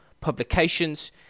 publications